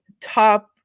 top